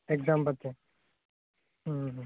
exam পাতে